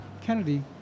Kennedy